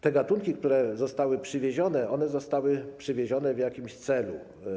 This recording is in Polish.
Te gatunki, które zostały przywiezione, zostały przywiezione w jakimś celu.